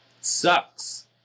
sucks